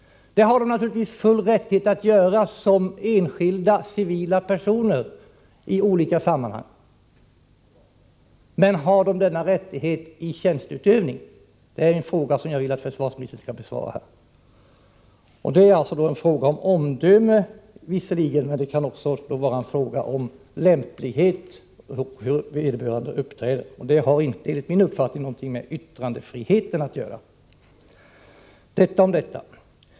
Det har han naturligtvis full rätt att göra som enskild, civil person i olika sammanhang, men har han denna rättighet vid tjänsteutövning? Det är en fråga som jag vill att försvarsministern skall besvara. Det är alltså en fråga om omdöme, men hur vederbörande uppträder kan också vara en fråga om lämplighet. Det har enligt min uppfattning inte någonting med yttrandefriheten att göra. — Detta om detta.